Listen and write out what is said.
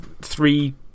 Three